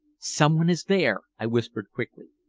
someone is there, i whispered quickly.